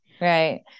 right